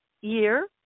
year